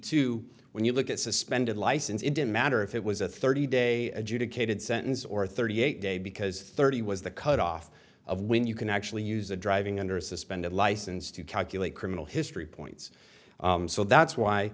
to when you look at suspended license it didn't matter if it was a thirty day adjudicated sentence or thirty eight day because thirty was the cut off of when you can actually use the driving under a suspended license to calculate criminal history points so that's why